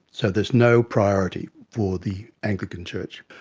so there's no priority for the anglican church.